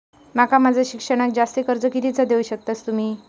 माका माझा शिक्षणाक जास्ती कर्ज कितीचा देऊ शकतास तुम्ही?